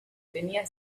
tenía